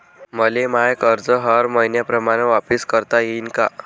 मले माय कर्ज हर मईन्याप्रमाणं वापिस करता येईन का?